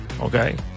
Okay